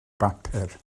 bapur